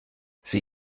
sie